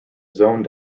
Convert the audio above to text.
zone